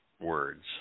words